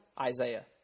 Isaiah